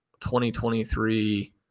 2023